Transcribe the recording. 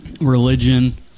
religion